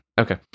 Okay